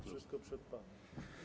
Wszystko przed panem.